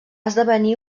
esdevenir